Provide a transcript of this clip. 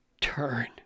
turn